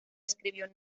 escribió